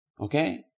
Okay